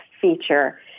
feature